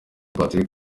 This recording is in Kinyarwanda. patrick